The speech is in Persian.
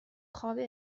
خوابه